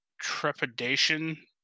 trepidation